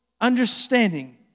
understanding